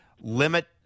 limit